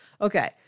Okay